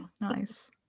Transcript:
Nice